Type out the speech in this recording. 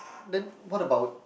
then what about